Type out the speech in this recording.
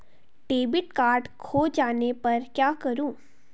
Debit card खो जाने पर क्या करूँ?